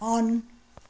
on